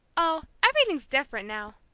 oh, everything's different now,